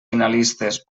finalistes